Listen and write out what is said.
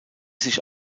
sich